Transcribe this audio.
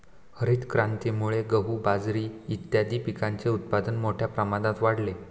हरितक्रांतीमुळे गहू, बाजरी इत्यादीं पिकांचे उत्पादन मोठ्या प्रमाणात वाढले